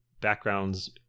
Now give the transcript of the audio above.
backgrounds